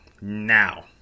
Now